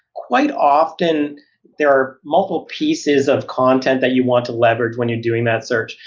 quite often there are multiple pieces of content that you want to leverage when you're doing that search.